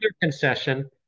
concession